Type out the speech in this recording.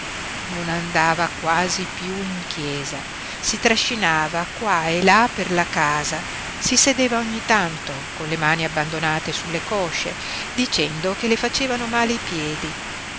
non andava quasi piú in chiesa si trascinava qua e là per la casa si sedeva ogni tanto con le mani abbandonate sulle cosce dicendo che le facevano male i piedi